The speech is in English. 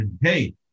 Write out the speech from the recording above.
hey